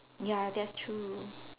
ya that's true